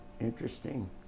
interesting